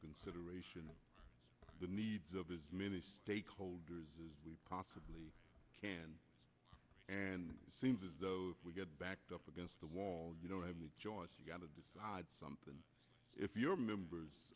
consideration the needs of as many stakeholders as we possibly can and it seems as though we get backed up against the wall you don't have a choice you got to decide something if your members